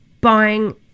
buying